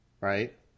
right